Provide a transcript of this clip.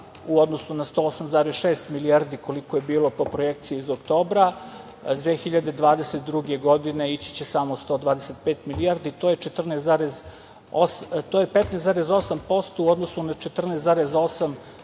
u odnosu na 108,6 milijardi koliko je bilo po projekciji iz oktobra 2022. godine ići će samo 125 milijardi. To je 15,8% u odnosu na 14,8%,